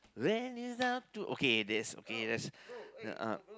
then it's up to okay that's okay that's uh uh